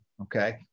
okay